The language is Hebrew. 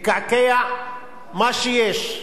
לקעקע את מה שיש.